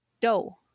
Dough